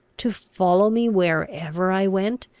to follow me wherever i went,